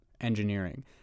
engineering